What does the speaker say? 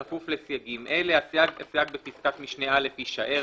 בכפוף לסייגים אלה הסייג בפסקת משנה (א) יישאר,